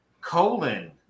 colon